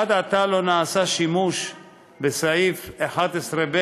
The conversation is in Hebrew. עד עתה לא נעשה שימוש בסעיף 11(ב),